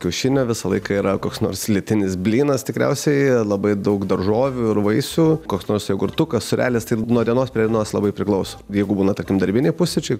kiaušinio visą laiką yra koks nors lietinis blynas tikriausiai labai daug daržovių ir vaisių koks nors jogurtukas sūrelis tai nuo dienos prie dienos labai priklauso jeigu būna tarkim darbiniai pusryčiai